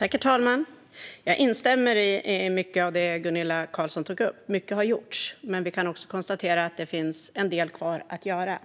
Herr talman! Jag instämmer i mycket av det som Gunilla Carlsson tog upp. Mycket har gjorts, men vi kan konstatera att det finns en del kvar att göra.